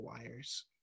wires